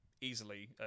easily